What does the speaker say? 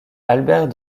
albert